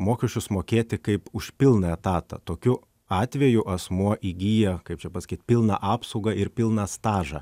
mokesčius mokėti kaip už pilną etatą tokiu atveju asmuo įgyja kaip čia pasakyt pilną apsaugą ir pilną stažą